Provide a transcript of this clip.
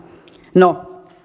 no